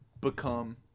become